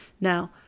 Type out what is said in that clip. Now